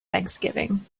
thanksgiving